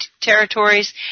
territories